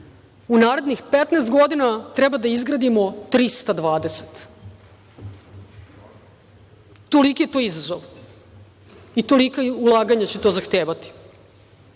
u narednih 15 godina treba da izgradimo 320. Toliki je to izazov i tolika ulaganja će to zahtevati. Od